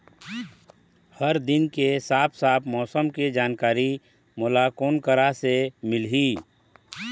हर दिन के साफ साफ मौसम के जानकारी मोला कोन करा से मिलही?